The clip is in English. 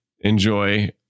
Enjoy